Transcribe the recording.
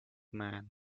man